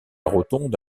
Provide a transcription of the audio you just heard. rotonde